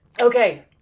Okay